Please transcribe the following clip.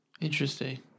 Interesting